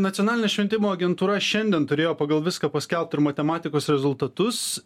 nacionalinė šventimo agentūra šiandien turėjo pagal viską paskelbt ir matematikos rezultatus